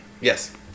Yes